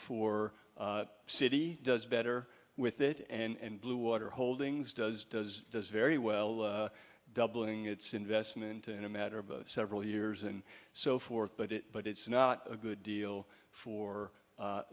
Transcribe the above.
for city does better with that and blue water holdings does does does very well doubling its investment in a matter of several years and so forth but it but it's not a good deal for